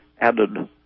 added